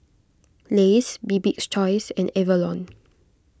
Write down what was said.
Lays Bibik's Choice and Avalon